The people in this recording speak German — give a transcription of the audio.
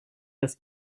das